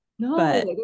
No